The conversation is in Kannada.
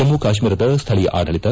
ಜಮ್ಮ ಕಾಶ್ಮೀರದ ಸ್ಥಳೀಯ ಆಡಳಿತ